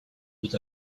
with